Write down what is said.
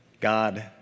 God